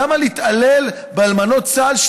למה להתעלל באלמנות צה"ל,